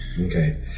Okay